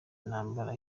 intambara